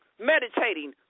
Meditating